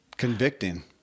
Convicting